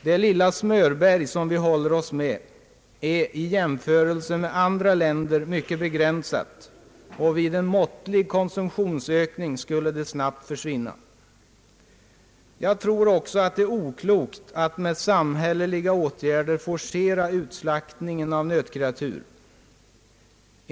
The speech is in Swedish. Det lilla smörberg som vi håller oss med är i jämförelse med andra länders mycket begränsat, och vid en måttlig konsumtionsökning skulle det snabbt försvinna. Jag tror också att det är oklokt att med samhälleliga åtgärder forcera utslaktningen av nötkreatur.